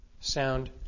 Sound